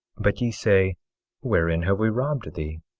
but ye say wherein have we robbed thee?